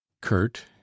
Kurt